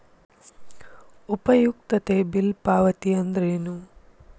ಉಪಯುಕ್ತತೆ ಬಿಲ್ ಪಾವತಿ ಅಂದ್ರೇನು?